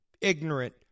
ignorant